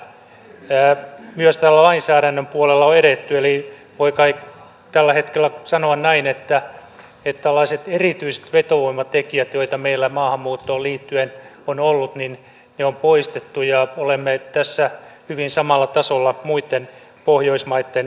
myös tällä lainsäädännön puolella on edetty eli voi kai tällä hetkellä sanoa näin että tällaiset erityiset vetovoimatekijät joita meillä maahanmuuttoon liittyen on ollut on poistettu ja olemme tässä hyvin samalla tasolla muitten pohjoismaitten kanssa